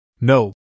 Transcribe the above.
No